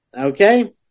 okay